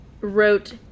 wrote